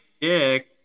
dick